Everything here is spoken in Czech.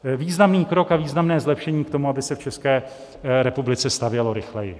To je významný krok a významné zlepšení k tomu, aby se v České republice stavělo rychleji.